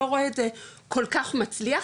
לא רואה את זה כל כך מצליח,